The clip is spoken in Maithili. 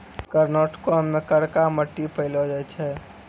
कर्नाटको मे करका मट्टी पायलो जाय छै